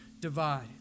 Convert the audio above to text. divide